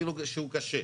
אפילו שהוא קשה.